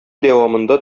дәвамында